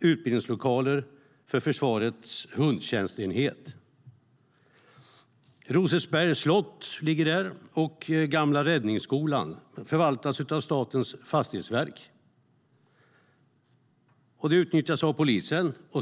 utbildningslokaler för försvarets hundtjänstenhet. Rosersbergs slott och gamla räddningsskolan ligger där. De förvaltas av Statens fastighetsverk. Lokalerna utnyttjas av polisen.